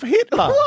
Hitler